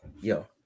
yo